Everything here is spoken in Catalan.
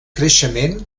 creixement